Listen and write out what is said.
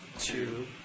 Two